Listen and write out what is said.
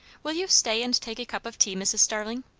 will you stay and take a cup of tea, mrs. starling?